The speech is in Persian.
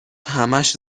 همش